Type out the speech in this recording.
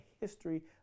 history